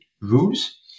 rules